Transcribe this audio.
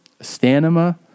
Stanima